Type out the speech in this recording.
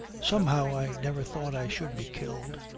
somehow i never thought i should be killed.